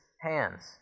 hands